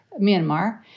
Myanmar